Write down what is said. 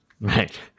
right